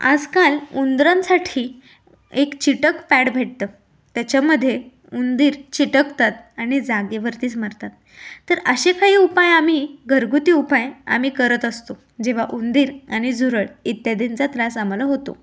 आजकाल उंदरांसाठी एक चिकट पॅड भेटतं त्याच्यामधे उंदीर चिकटतात आणि जागेवरतीच मरतात तर असे काही उपाय आम्ही घरगुती उपाय आम्ही करत असतो जेव्हा उंदीर आणि झुरळ इत्यादींचा त्रास आम्हाला होतो